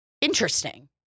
interesting